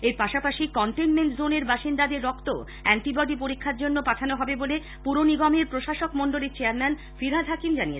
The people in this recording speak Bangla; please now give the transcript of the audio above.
এর পাশাপাশি কনটেনমেন্ট জোন এর বাসিন্দাদের রক্তও অ্যান্টিবডি পরীক্ষার জন্য পাঠানো হবে বলে পুরনিগমের প্রশাসক মন্ডলীর চেয়ারম্যান ফিরহাদ হাকিম জানিয়েছেন